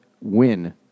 win